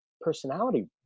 personality